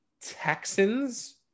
Texans